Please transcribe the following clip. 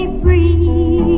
free